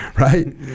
Right